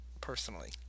personally